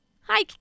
Hi